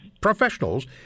professionals